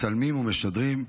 מצלמים ומשדרים,